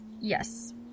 yes